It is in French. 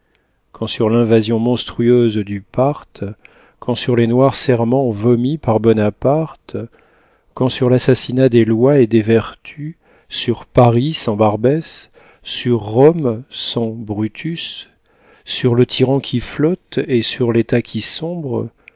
quand sur l'invasion monstrueuse du parthe quand sur les noirs serments vomis par bonaparte quand sur l'assassinat des lois et des vertus sur paris sans barbès sur rome sans brutus sur le tyran qui flotte et sur l'état qui sombre